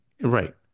Right